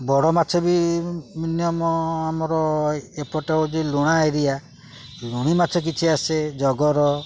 ବଡ଼ ମାଛ ବି ମିନିମମ ଆମର ଏପଟେ ହେଉଛି ଲୁଣା ଏରିଆ ଲୁଣି ମାଛ କିଛି ଆସେ ଜଗର